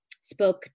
spoke